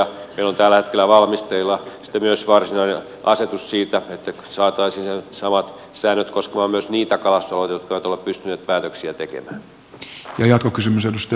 meillä on tällä hetkellä valmisteilla myös varsinainen asetus siitä että saataisiin ne samat säännöt koskemaan myös niitä kalastusalueita jotka eivät ole pystyneet päätöksiä tekemään